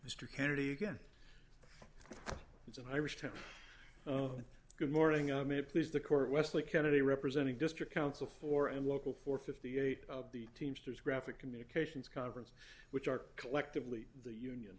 mr kennedy again it's an irish temper good morning i may please the court wesley kennedy representing district council four and local four hundred and fifty eight of the teamsters graphic communications conference which are collectively the union